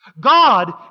God